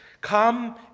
come